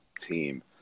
team